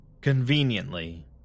conveniently